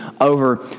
over